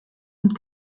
und